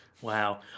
Wow